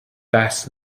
best